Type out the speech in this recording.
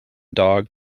dog